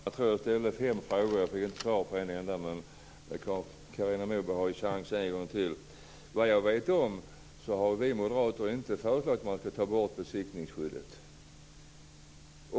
Fru talman! Jag tror att jag ställde fem frågor, och jag fick inte svar på en enda av dem. Carina Moberg har en chans till att svara. Såvitt jag vet har vi moderater inte föreslagit att man skall ta bort besittningsskyddet.